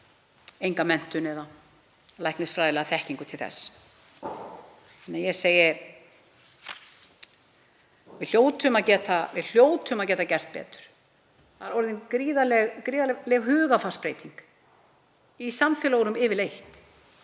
enga menntun eða læknisfræðilega þekkingu til þess. Við hljótum að geta gert betur. Það er orðin gríðarleg hugarfarsbreyting í samfélögunum yfirleitt